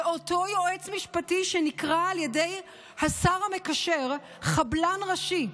זה אותו יועץ משפטי שנקרא על ידי השר המקשר "חבלן ראשי".